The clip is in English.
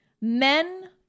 men